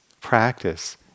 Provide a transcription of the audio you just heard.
practice